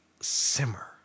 simmer